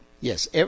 Yes